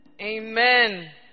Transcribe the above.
Amen